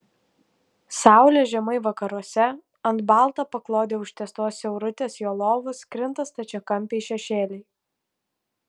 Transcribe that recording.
saulė žemai vakaruose ant balta paklode užtiestos siaurutės jo lovos krinta stačiakampiai šešėliai